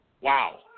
wow